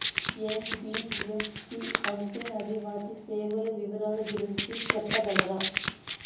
NBFC అంటే అది వాటి సేవలు వివరాలు గురించి సెప్పగలరా?